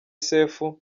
sefu